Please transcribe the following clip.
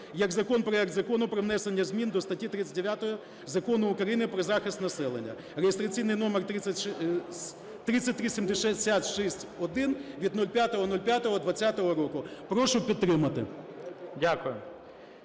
як закон проект Закону про внесення змін до статті 39 Закону України про захист населення (реєстраційний номер 3376-1) від 05.05.20 року. Прошу підтримати.